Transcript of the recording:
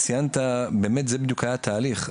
ציינת, באמת זה בדיוק היה התהליך.